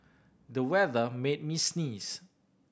the weather made me sneeze